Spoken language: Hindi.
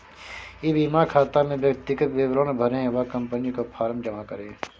ई बीमा खाता में व्यक्तिगत विवरण भरें व कंपनी को फॉर्म जमा करें